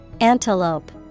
Antelope